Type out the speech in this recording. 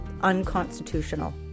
unconstitutional